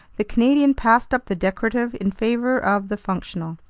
the canadian passed up the decorative in favor of the functional.